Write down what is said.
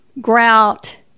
grout